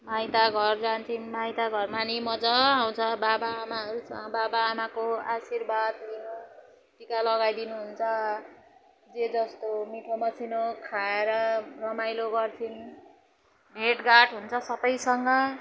माइतघर जान्छौँ माइतघरमा पनि मजा आउँछ बाबाआमाहरूसँग बाबाआमाहरूको आशीर्वाद लिनु टिका लगाइदिनु हुन्छ जे जस्तो मिठो मसिनो खाएर रमाइलो गर्छौँ भेटघाट हुन्छ सबैसँग